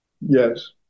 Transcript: Yes